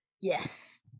yes